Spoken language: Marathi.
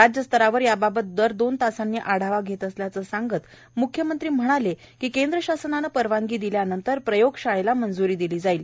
राज्यस्तरावर याबाबत दर दोन तासांनी आढावा घेत असल्याचे सांगत मुख्यमंत्री म्हणाले केंद्र शासनाने परवानगी दिल्यानंतर प्रयोगशाळेला मंजुरी दिली जाईल